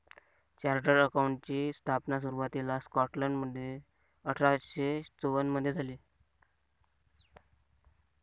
chartered अकाउंटंटची स्थापना सुरुवातीला स्कॉटलंडमध्ये अठरा शे चौवन मधे झाली